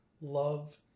love